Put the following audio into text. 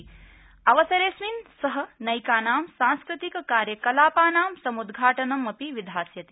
आस्मिन्नवसरे सः नैकानां सांस्कृतिक कार्यकलापानां समुद्घाटनमपि विधास्यति